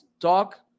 talk